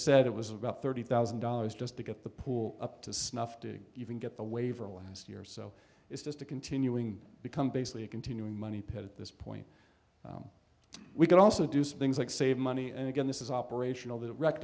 said it was about thirty thousand dollars just to get the pool up to snuff to even get the waiver last year so it's just a continuing become basically a continuing money pit at this point so we could also do some things like save money and again this is operational